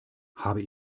habe